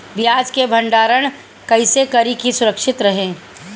प्याज के भंडारण कइसे करी की सुरक्षित रही?